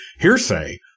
hearsay